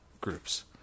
groups